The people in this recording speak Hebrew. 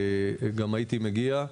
גם הייתי מגיע.